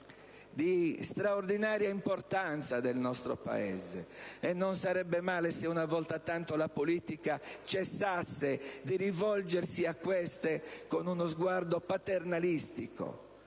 di straordinaria importanza del nostro Paese, e non sarebbe male se, una volta tanto, la politica cessasse di rivolgersi a queste con uno sguardo paternalistico,